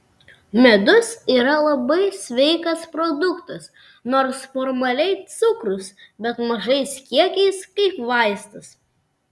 medus yra labai sveikas produktas nors formaliai cukrus bet mažais kiekiais kaip vaistas